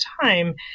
time